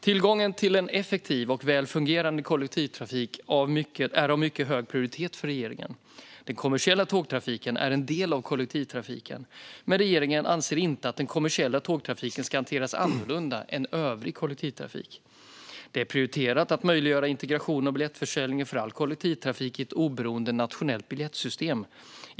Tillgången till en effektiv och väl fungerande kollektivtrafik är av mycket hög prioritet för regeringen. Den kommersiella tågtrafiken är en del av kollektivtrafiken, men regeringen anser inte att den kommersiella tågtrafiken ska hanteras annorlunda än övrig kollektivtrafik. Det är prioriterat att möjliggöra integration av biljettförsäljning för all kollektivtrafik i ett oberoende nationellt biljettsystem.